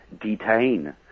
detain